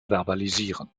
verbalisieren